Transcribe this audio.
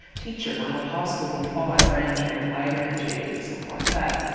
teacher at my old high school being followed around during playground duty-stuff like that.